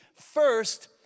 first